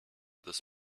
this